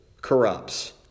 corrupts